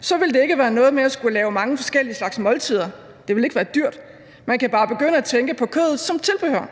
Så ville det ikke være noget med at skulle lave mange forskellige slags måltider, og det ville ikke være dyrt. Man kan bare begynde at tænke på kødet som tilbehør,